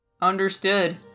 understood